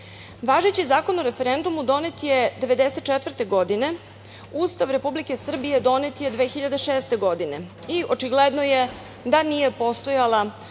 Zakon o referendumu donet je 1994. godine. Ustav Republike Srbije donet je 2006. godine i očigledno je da nije postojala